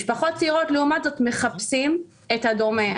משפחות צעירות לעומת זאת מחפשים את הדומה,